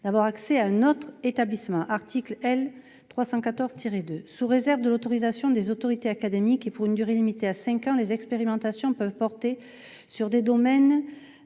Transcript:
d'avoir accès à un autre établissement, aux termes de l'article L. 314-2. Sous réserve de l'autorisation des autorités académiques et pour une durée limitée à cinq ans, les expérimentations peuvent porter sur des domaines